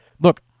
look